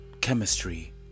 chemistry